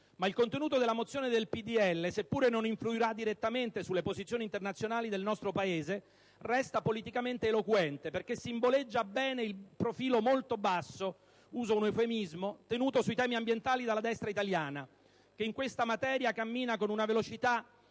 Ma il contenuto della mozione del PdL, seppure non influirà direttamente sulle posizioni internazionali del nostro Paese, resta politicamente eloquente, poiché simboleggia bene il profilo bassissimo - uso un eufemismo - tenuto sui temi ambientali dalla destra italiana, che in questa materia cammina con una velocità